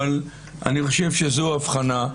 אבל אני חושב שזאת הבחנה,